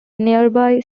nearby